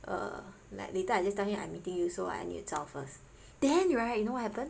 err like later I just tell him I meeting you so I need to zao first then right you know what happen